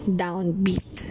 downbeat